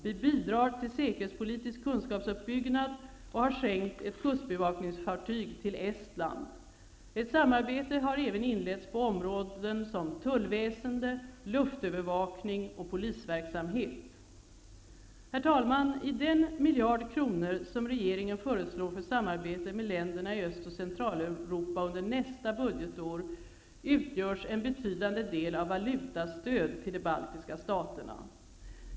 Vi bidrar till säkerhetspolitisk kunskapsuppbyggnad, och vi har skänkt ett kustbevakningsfartyg till Estland. Ett samarbete har även inletts på områden som tullväsende, luftövervakning och polisverksamhet. Herr talman! Av den miljard kronor som regeringen föreslår för samarbete med länderna i Öst och Centraleuropa under nästa budgetår, utgörs en betydande del av valutastöd till de baltiska staterna.